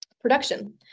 production